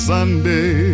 Sunday